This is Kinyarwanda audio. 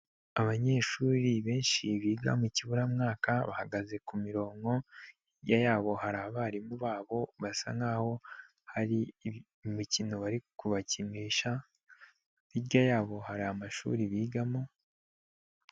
Abanyeshuri benshi biga mu kiburamwaka, bahagaze ku mirongo, hijya yabo hari abarimu babo basa nkaho hari imikino bari kubakinisha, hirya yabo hari amashuri bigamo.